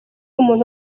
umuntu